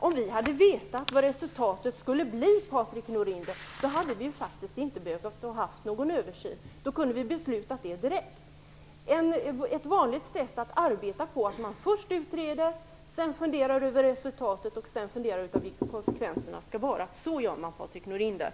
Om vi hade vetat vad resultatet skulle bli, Patrik Norinder, hade vi faktiskt inte behövt ha någon översyn. Då kunde vi ha beslutat direkt. Ett vanligt sätt att arbeta på är att man först utreder, funderar över resultatet och sedan ser vilka konsekvenserna blir. Så gör man, Patrik Norinder.